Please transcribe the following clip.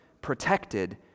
protected